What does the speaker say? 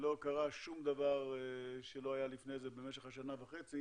ולא קרה שום דבר שלא היה לפני זה במשך השנה וחצי